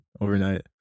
overnight